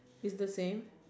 is the same